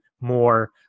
more